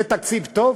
זה תקציב טוב?